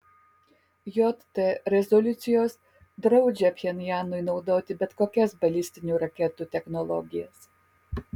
jt rezoliucijos draudžia pchenjanui naudoti bet kokias balistinių raketų technologijas